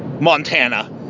Montana